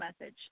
message